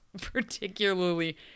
particularly